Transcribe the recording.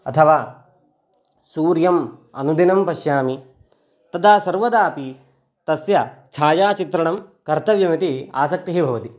अथवा सूर्यम् अनुदिनं पश्यामि तदा सर्वदापि तस्य छायाचित्रणं कर्तव्यमिति आसक्तिः भवति